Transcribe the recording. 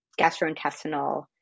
gastrointestinal